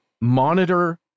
monitor